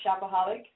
Shopaholic